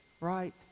right